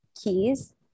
Keys